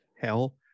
hell